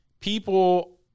People